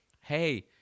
hey